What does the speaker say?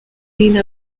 clean